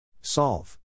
Solve